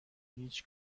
هیچ